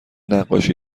نقاشی